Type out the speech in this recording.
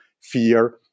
fear